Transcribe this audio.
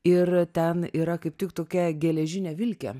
ir ten yra kaip tik tokia geležinė vilkė